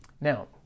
Now